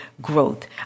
growth